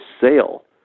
sale